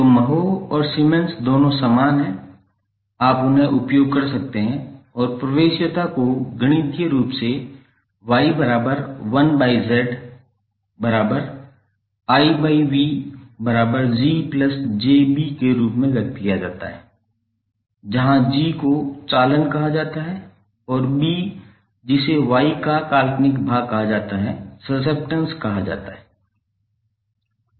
तो महो और सीमेन्स दोनों समान हैं आप उन्हें उपयोग कर सकते हैं और प्रवेश्यता को गणितीय रूप से 𝒀1𝒁𝑰𝑽𝐺𝑗𝐵 के रूप में व्यक्त किया जाता है जहां G को चालन कहा जाता है और B जिसे Y का काल्पनिक भाग कहा जाता है सासेप्टन्स कहा जाता है